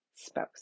spouse